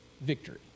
victory